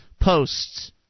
posts